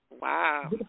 wow